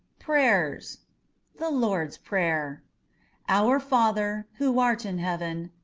prayers the lord's prayer our father, who art in heaven,